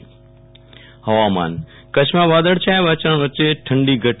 વિરલ રાણા હવામાન કચ્છમાં વાદળછાયા વાતાવરણ વચ્ચે ઠંડી ઘટી